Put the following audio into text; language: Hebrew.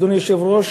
אדוני היושב-ראש,